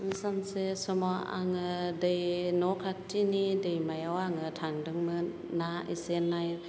सानसे समाव आङो दै न' खाथिनि दैमायाव आङो थांदोंमोन ना एसे ना